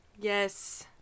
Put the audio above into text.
Yes